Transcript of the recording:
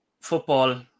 football